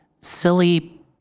silly